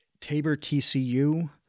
TaborTCU